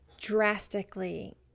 drastically